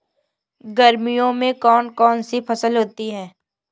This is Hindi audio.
गर्मियों में कौन कौन सी फसल होती है?